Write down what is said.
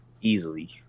easily